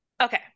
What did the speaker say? Okay